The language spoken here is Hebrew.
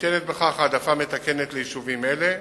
וניתנת בכך העדפה מתקנת ליישובים אלה.